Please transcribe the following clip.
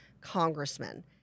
congressman